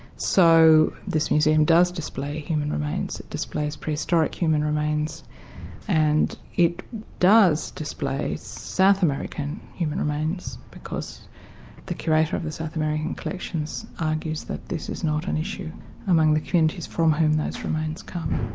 so this museum does display human remains, it displays prehistoric human remains and it does display south american human remains because the curator of the south american collections argues that this is not an issue among the communities from whom those remains come.